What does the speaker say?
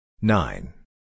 Nine